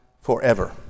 forever